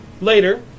Later